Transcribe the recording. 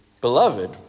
Beloved